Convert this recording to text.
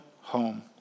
home